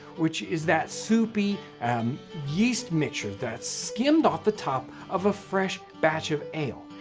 which is that soupy um yeast mixture that's skimmed off the top of a fresh batch of ale.